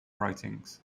writings